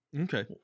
Okay